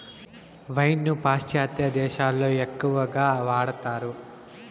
wine ను పాశ్చాత్య దేశాలలో ఎక్కువగా వాడతారు